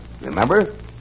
Remember